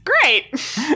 Great